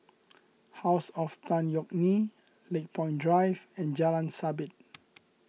House of Tan Yeok Nee Lakepoint Drive and Jalan Sabit